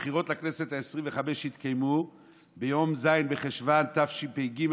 הבחירות לכנסת העשרים-וחמש יתקיימו ביום ז' בחשוון התשפ"ג,